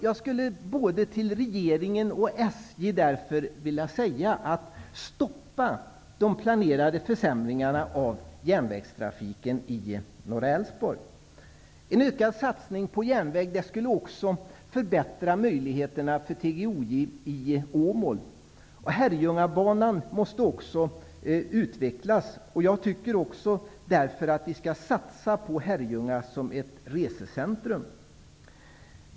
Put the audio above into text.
Jag skulle både till regeringen och till SJ vilja säga: Herrljungabanan måste utvecklas. Jag tycker att man skall satsa på Herrljunga som ett resecentrum.